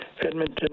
Edmonton